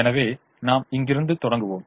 எனவே நாம் இங்கிருந்து தொடங்குவோம்